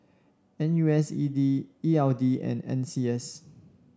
N U S E D E L D and N C S